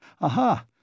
Aha